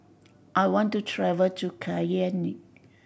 I want to travel to Cayenne